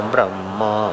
Brahma